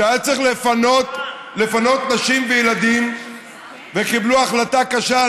ששהיה צריך לפנות נשים וילדים וקיבלו החלטה קשה,